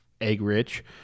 egg-rich